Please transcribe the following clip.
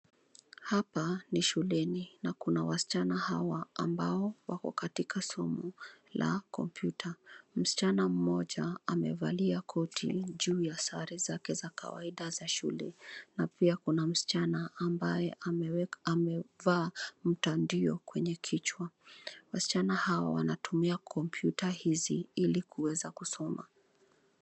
Hapa ni shuleni na kuna wasichana hawa ambao wako katika somo la kompyuta. Msichana mmoja amevalia koti juu ya sare zake za kawaida za shule na pia kuna msichana ambaye amevaa mtandio kwenye kichwa. Wasichana hawa wanatumia kompyuta hizi ili kuweza kusoma.